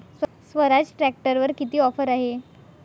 स्वराज ट्रॅक्टरवर किती ऑफर आहे?